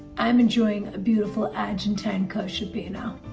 i'm enjoying a beautiful argentine kosher but you know